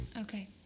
Okay